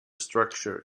structure